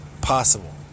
possible